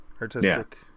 artistic